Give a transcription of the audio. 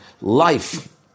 life